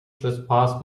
trespass